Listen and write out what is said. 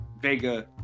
Vega